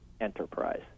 enterprise